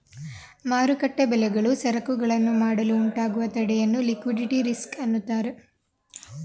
ಮಾರುಕಟ್ಟೆ ಬೆಲೆಗಳು ಸರಕುಗಳನ್ನು ಮಾಡಲು ಉಂಟಾಗುವ ತಡೆಯನ್ನು ಲಿಕ್ವಿಡಿಟಿ ರಿಸ್ಕ್ ಅಂತರೆ